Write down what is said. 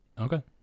Okay